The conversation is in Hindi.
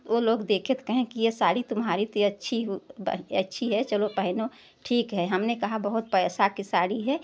वह लोग देखें तो कहे कि यह साड़ी तुम्हारी तो अच्छी हु ब अच्छी है चलो पहनो ठीक है हमने कहा बहुत पैसा के साड़ी है